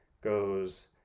goes